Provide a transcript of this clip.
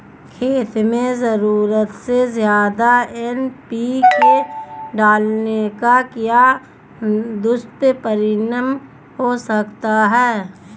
खेत में ज़रूरत से ज्यादा एन.पी.के डालने का क्या दुष्परिणाम हो सकता है?